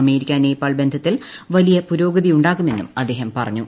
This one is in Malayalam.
അമേരിക്ക നേപ്പാൾ ബന്ധത്തിൽ വലിയ പുരോഗതിയുണ്ടാകുമെന്നും അദ്ദേഹം പറഞ്ഞു